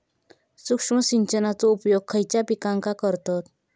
सूक्ष्म सिंचनाचो उपयोग खयच्या पिकांका करतत?